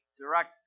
Direct